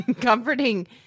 comforting